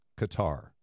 Qatar